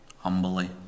humbly